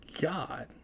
God